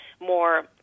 more